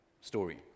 story